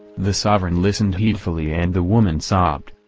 the sovereign listened heedfully and the woman sobbed.